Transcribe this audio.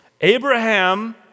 Abraham